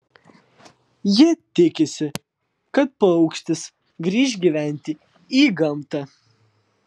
ji tikisi kad paukštis grįš gyventi į gamtą